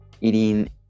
eating